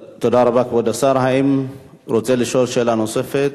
האם אתה רוצה לשאול שאלה נוספת?